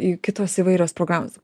ir kitos įvairios programos